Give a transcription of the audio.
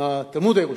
מהתלמוד הירושלמי,